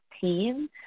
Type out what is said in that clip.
team